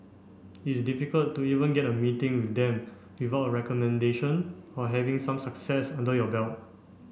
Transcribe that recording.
it's difficult to even get a meeting with them without a recommendation or having some success under your belt